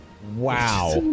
Wow